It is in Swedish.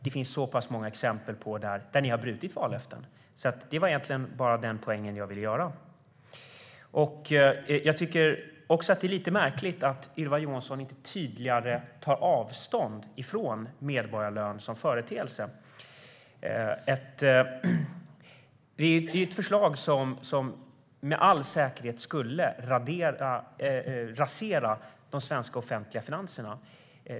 Det finns så många exempel på att ni har brutit vallöften. Det var egentligen bara den poängen jag ville göra. Jag tycker också att det är lite märkligt att Ylva Johansson inte tar avstånd från medborgarlön som företeelse. Det är ett förslag som med all säkerhet skulle rasera de svenska offentliga finanserna.